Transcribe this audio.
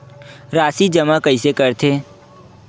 राशि जमा कइसे करथे?